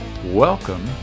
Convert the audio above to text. Welcome